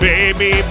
Baby